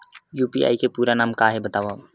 UPI के पूरा नाम का हे बतावव?